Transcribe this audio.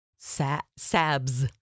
Sabs